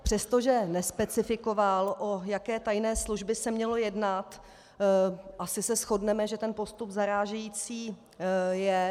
Přestože nespecifikoval, o jaké tajné služby se mělo jednat, asi se shodneme, že ten postup zarážející je.